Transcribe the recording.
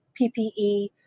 PPE